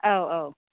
औ औ